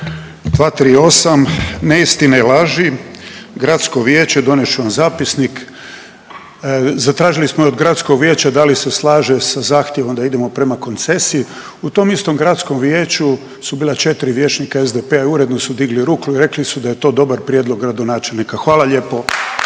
238., neistine i laži. Gradsko vijeće, donest ću vam zapisnik, zatražili smo i od Gradskog vijeća da li se slaže sa zahtjevom da idemo prema koncesiji. U tom istom Gradskom vijeću su bila 4 vijećnika SDP-a i uredno su digli ruku i rekli su da je to dobar prijedlog gradonačelnika, hvala lijepo.